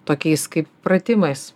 tokiais kaip pratimais